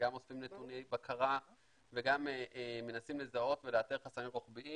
וגם אוספים נתוני בקרה וגם מנסים לזהות ולאתר חסמים רוחביים.